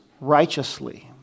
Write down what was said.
righteously